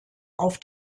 auf